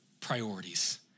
priorities